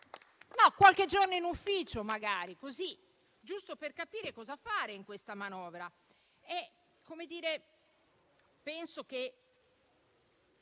Qualche giorno in ufficio, magari, giusto per capire cosa fare in questa manovra?